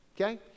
Okay